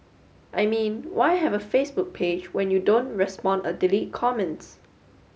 I mean why have a Facebook page when you don't respond or delete comments